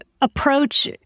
approach